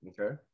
Okay